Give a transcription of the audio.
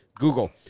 Google